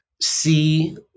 see